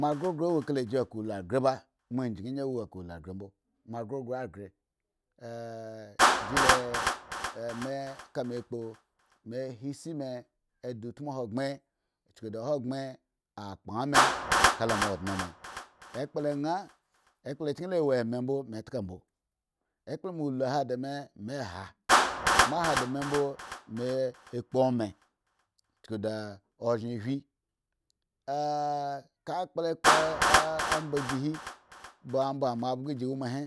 Moa khrokhron wokalaakula ghre ba moa ngi gi wo kala gi akula ghre mbo moa khrokhro a ghre gi la ama ka me gbu me han isi me e di utmu ahogbren uchuku da hogben akpan me kala moa ondne me ekpla nha ekpla chki la wo me mbo me ka mbo ekplo moa ulu han di me me han moa han di me mbo me eh kpo me chuku da ozhen hwin akpla kpo ah omba gi hi mba omba mabhgo ba gi womahi